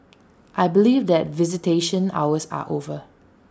I believe that visitation hours are over